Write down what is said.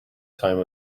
time